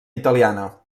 italiana